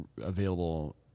available